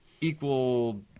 equal